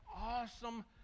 awesome